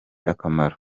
akamaro